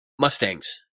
Mustangs